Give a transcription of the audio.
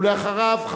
ואחריו,